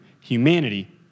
humanity